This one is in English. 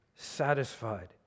satisfied